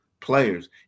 players